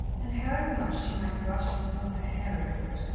and however much she might brush and pull her hair over it,